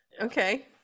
Okay